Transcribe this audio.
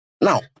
now